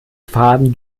faden